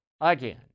again